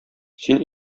син